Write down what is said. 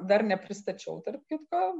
dar nepristačiau tarp kitko